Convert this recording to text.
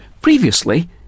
Previously